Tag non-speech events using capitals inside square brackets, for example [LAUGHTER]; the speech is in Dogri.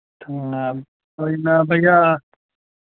[UNINTELLIGIBLE] भैया